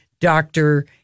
doctor